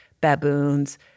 baboons